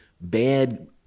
bad